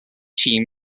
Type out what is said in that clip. team